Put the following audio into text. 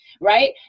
Right